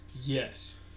yes